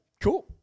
Cool